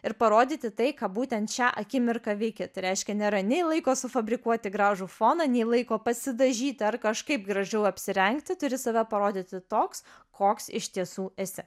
ir parodyti tai ką būtent šią akimirką veiki tai reiškia nėra nei laiko sufabrikuoti gražų foną nei laiko pasidažyti ar kažkaip gražiau apsirengti turi save parodyti toks koks iš tiesų esi